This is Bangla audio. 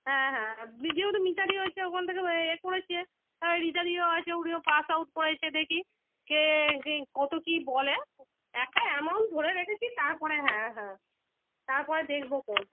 হ্যাঁ হ্যাঁ আর যেহেতু মিতালিও হচ্ছে ওখান থেকে এ করেছে আর রিতাদিও আছে উনিও পাস আউট করেছে দেখি কে কী কত কী বলে একটা অ্যামাউন্ট ভরে রেখেছি তার পরে হ্যাঁ হ্যাঁ তার পরে দেখবখন